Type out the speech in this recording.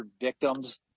victims